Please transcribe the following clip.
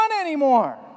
anymore